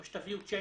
או שתביאו צ'קים.